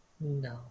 No